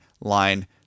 line